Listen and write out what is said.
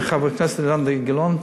עם חבר הכנסת אילן גילאון,